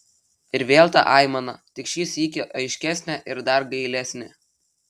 ir vėl ta aimana tik šį sykį aiškesnė ir dar gailesnė